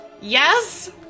Yes